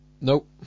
Nope